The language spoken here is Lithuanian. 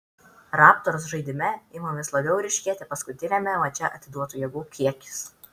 raptors žaidime ima vis labiau ryškėti paskutiniame mače atiduotų jėgų kiekis